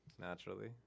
naturally